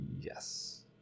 Yes